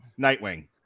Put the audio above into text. Nightwing